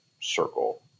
circle